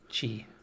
chi